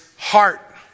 heart